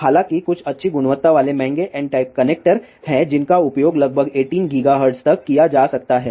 हालांकि कुछ अच्छी गुणवत्ता वाले महंगे एन टाइप कनेक्टर हैं जिनका उपयोग लगभग 18 गीगाहर्ट्ज़ तक किया जा सकता है